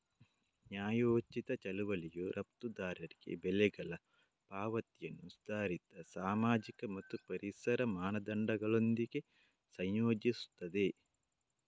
ನ್ಯಾಯೋಚಿತ ಚಳುವಳಿಯು ರಫ್ತುದಾರರಿಗೆ ಬೆಲೆಗಳ ಪಾವತಿಯನ್ನು ಸುಧಾರಿತ ಸಾಮಾಜಿಕ ಮತ್ತು ಪರಿಸರ ಮಾನದಂಡಗಳೊಂದಿಗೆ ಸಂಯೋಜಿಸುತ್ತದೆ